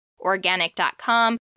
organic.com